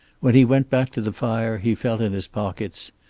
when he went back to the fire he felt in his pockets,